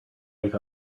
wake